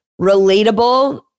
relatable